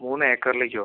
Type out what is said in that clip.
മൂന്ന് ഏക്കറിലേക്കോ